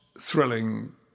thrilling